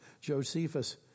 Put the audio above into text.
Josephus